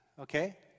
Okay